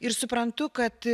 ir suprantu kad